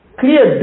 clear